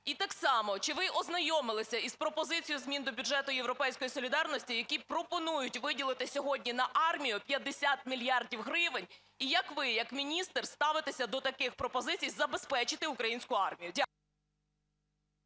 І так само, чи ви ознайомилися із пропозицією змін до бюджету "Європейської солідарності", які пропонують виділити сьогодні на армію 50 мільярдів гривень? І як ви як міністр ставитеся до таких пропозицій забезпечити українську армію?